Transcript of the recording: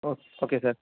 oh okay sir